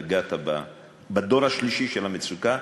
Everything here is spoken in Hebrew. נגעת בדור השלישי של המצוקה,